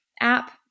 app